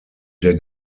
der